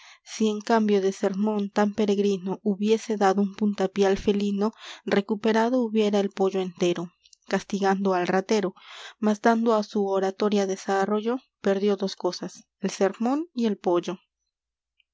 en cambio de sermón tan peregrino hubiese dado un puntapié al felino recuperado hubiera el pollo entero castigando al ratero mas dando á su oratoria desarrollo perdió dos cosas el sermón y el pollo